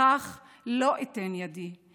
לכך לא אתן ידי,